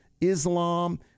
Islam